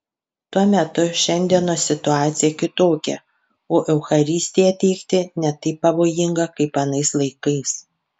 tuo metu šiandienos situacija kitokia o eucharistiją teikti ne taip pavojinga kaip anais laikais